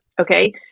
okay